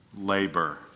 labor